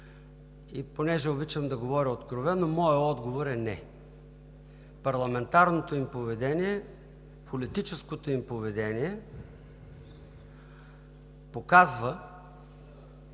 Понеже обичам да говоря откровено, моят отговор е: не! Парламентарното им поведение, политическото им поведение показва,